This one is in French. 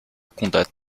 condat